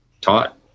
taught